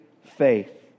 faith